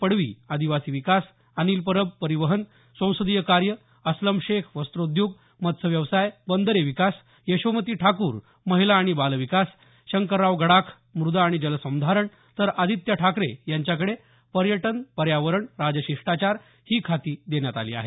पाडवी आदिवासी विकास अनिल परब परिवहन संसदीय कार्य अस्लम शेख वस्त्रोद्योग मत्स्य व्यवसाय बंदरे विकास यशोमती ठाकूर महिला आणि बालविकास शंकराराव गडाख मृदा आणि जलसंधारण तर आदित्य ठाकरे यांच्याकडे पर्यटन पर्यावरण राजशिष्टाचार ही खाती देण्यात आली आहेत